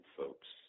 folks